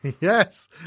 Yes